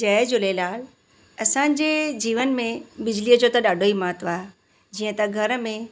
जय झूलेलाल असांजे जीवन में बिजलीअ जो त ॾाढो ई महत्त्व आहे जीअं त घर में